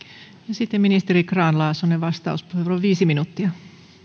sitten ministeri grahn laasonen vastauspuheenvuoro viisi minuuttia